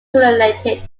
correlated